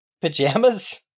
pajamas